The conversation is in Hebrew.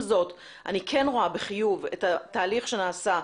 עם זאת אני כן רואה בחיוב את התהליך שנעשה,